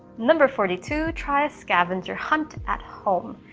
number forty two try a scavenger hunt at home.